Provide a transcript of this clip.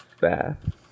bath